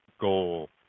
goal